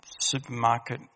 supermarket